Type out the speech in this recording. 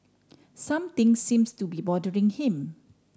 something seems to be bothering him